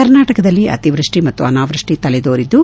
ಕರ್ನಾಟಕದಲ್ಲಿ ಅತಿವೃಷ್ಟಿ ಮತ್ತು ಅನಾವೃಷ್ಟಿ ತಲೆದೋರಿದ್ದು